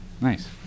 Nice